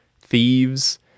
thieves